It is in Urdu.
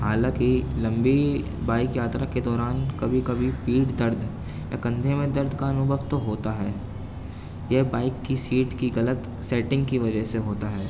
حالانکہ لمبی بائک یاترا کے دوران کبھی کبھی پیٹھ درد یا کندھے میں درد کا انوبھو تو ہوتا ہے یہ بائک کی سیٹ کی غلط سیٹنگ کی وجہ سے ہوتا ہے